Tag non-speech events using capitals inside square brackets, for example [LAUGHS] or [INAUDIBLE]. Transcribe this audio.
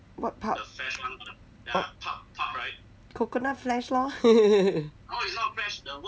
what pulp coconut flesh lor [LAUGHS]